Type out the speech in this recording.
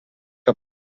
que